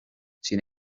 sin